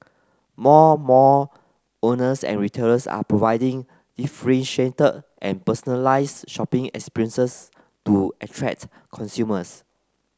more mall owners and retailers are providing differentiated and personalised shopping experiences to attract consumers